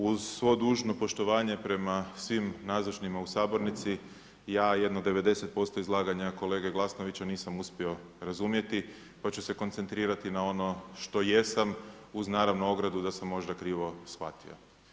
Uz svo dužno poštovanje prema svim nazočnim u sabornici ja jedno 90% izlaganja kolege Glasnovića nisam uspio razumjeti pa ću se koncentrirati na ono što jesam uz naravno ogradu da sam možda krivo shvatio.